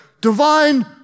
Divine